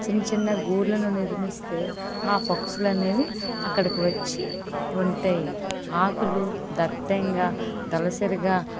చిన్న చిన్న గూళ్ళను నిర్మిస్తే ఆ పక్షులనేవి అక్కడికి వచ్చి ఉంటాయి ఆకులు దట్టంగా దళసరిగా